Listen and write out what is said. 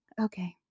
okay